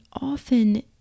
often